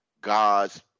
God's